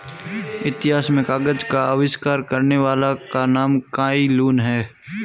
इतिहास में कागज का आविष्कार करने वाले का नाम काई लुन है